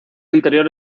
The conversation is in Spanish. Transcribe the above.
interior